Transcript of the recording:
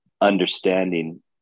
understanding